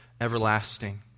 everlasting